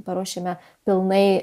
paruošiame pilnai